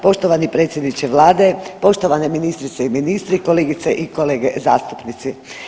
Poštovani predsjedniče Vlade, poštovane ministrice i ministri, kolegice i kolege zastupnici.